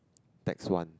that's one